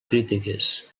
crítiques